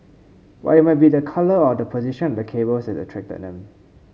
but it might be the colour or the position of the cables that's attracted them